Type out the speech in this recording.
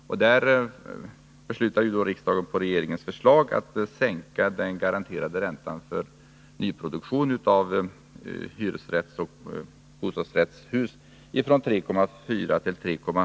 I det sammanhanget beslutade riksdagen på regeringens förslag att sänka den garanterade räntan för nyproducerade hyresrättsoch bostadsrättshus från 3,4 till 3,0 26.